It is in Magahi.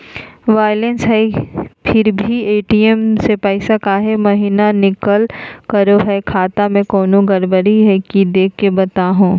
बायलेंस है फिर भी भी ए.टी.एम से पैसा काहे महिना निकलब करो है, खाता में कोनो गड़बड़ी है की देख के बताहों?